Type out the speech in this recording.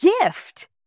gift